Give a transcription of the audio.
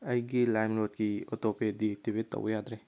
ꯑꯩꯒꯤ ꯂꯥꯏꯝꯔꯣꯗꯀꯤ auto pay deactivate ꯇꯧꯕ ꯌꯥꯗ꯭ꯔꯦ